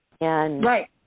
Right